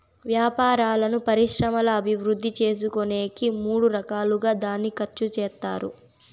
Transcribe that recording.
వ్యాపారాలను పరిశ్రమల అభివృద్ధి చేసుకునేకి మూడు రకాలుగా దాన్ని ఖర్చు చేత్తారు